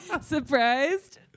Surprised